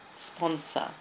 sponsor